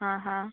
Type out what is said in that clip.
आ हा